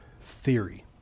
theory